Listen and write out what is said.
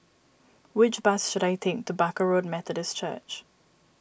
which bus should I take to Barker Road Methodist Church